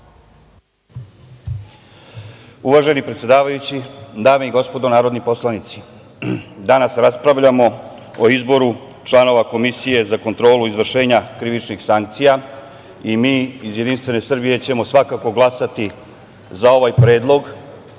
Uvaženi predsedavajući, dame i gospodo narodni poslanici, danas raspravljamo o izboru članova Komisije za kontrolu izvršenja krivičnih sankcija. Mi iz JS ćemo svakako glasati za ovaj predlog,